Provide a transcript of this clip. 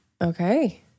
Okay